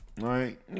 right